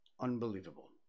unbelievable